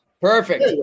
Perfect